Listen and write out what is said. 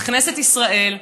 בכנסת ישראל,